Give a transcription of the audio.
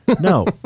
No